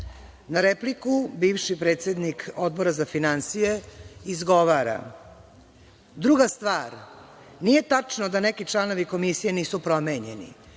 na repliku bivši predsednik Odbora za finansije izgovara: „Druga stvar, nije tačno da neki članovi komisije nisu promenjeni.